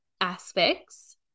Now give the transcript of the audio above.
aspects